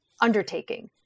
undertaking